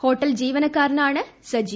hotel ജീവനക്കാര നാണ് സജി